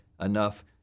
enough